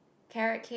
carrot-cake